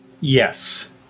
Yes